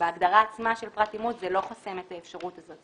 בהגדרה עצמה של פרט אימות זה לא חוסם את האפשרות הזאת,